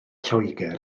lloegr